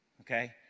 Okay